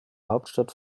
hauptstadt